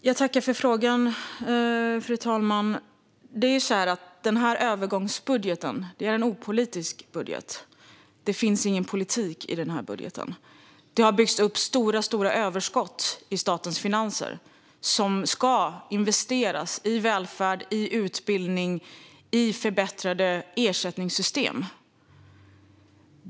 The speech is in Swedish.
Fru talman! Jag tackar för frågan. Denna övergångsbudget är en opolitisk budget. Det finns ingen politik i denna budget. Det har byggts upp stora överskott i statens finanser som ska investeras i välfärd, utbildning och förbättrade ersättningssystem.